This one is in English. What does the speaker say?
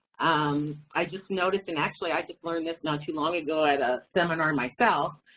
um i just noticed, and actually i just learned this not too long ago, i had a seminar myself.